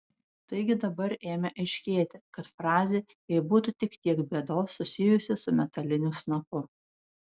taigi dabar ėmė aiškėti kad frazė jei būtų tik tiek bėdos susijusi su metaliniu snapu